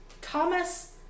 Thomas